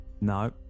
No